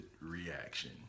reaction